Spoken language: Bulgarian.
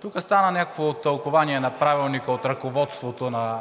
Тук стана някакво тълкувание на Правилника от ръководството на